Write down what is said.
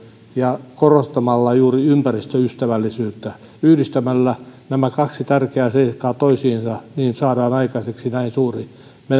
ja korostamalla juuri ympäristöystävällisyyttä yhdistämällä nämä kaksi tärkeää seikkaa toisiinsa saadaan aikaiseksi näin suuri menettely